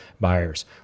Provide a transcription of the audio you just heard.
buyers